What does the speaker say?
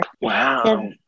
wow